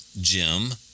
Jim